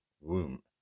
womb